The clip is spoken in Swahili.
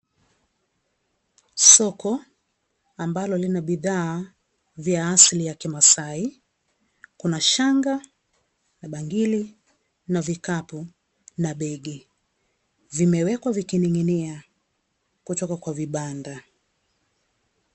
Soko, ambalo lina bidhaa vya asili ya Kimaasai, kuna shanga, na bangili, na vikapu, na begi. Vimewekwa vikining'inia kutoka kwa vibanda.